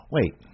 Wait